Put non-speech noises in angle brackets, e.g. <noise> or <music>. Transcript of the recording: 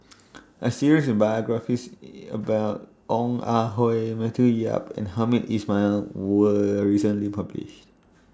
A series of biographies <noise> about Ong Ah Hoi Matthew Yap and Hamed Ismail was recently published